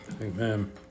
Amen